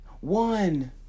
One